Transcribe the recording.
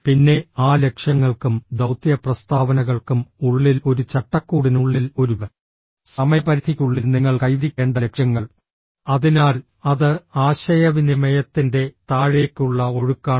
പിന്നെ ആ ലക്ഷ്യങ്ങൾക്കും ദൌത്യ പ്രസ്താവനകൾക്കും ഉള്ളിൽ ഒരു ചട്ടക്കൂടിനുള്ളിൽ ഒരു സമയപരിധിക്കുള്ളിൽ നിങ്ങൾ കൈവരിക്കേണ്ട ലക്ഷ്യങ്ങൾ അതിനാൽ അത് ആശയവിനിമയത്തിന്റെ താഴേക്കുള്ള ഒഴുക്കാണ്